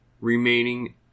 remaining